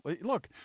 Look